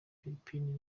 philippines